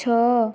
ଛଅ